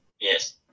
Yes